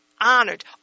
honored